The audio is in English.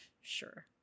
Sure